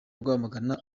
rwamagana